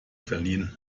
verliehen